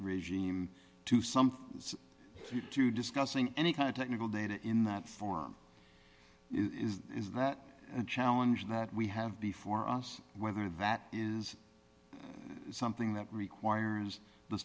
regime to something to discussing any kind of technical data in that form is that and challenge that we have before us whether that is something that requires the